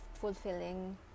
fulfilling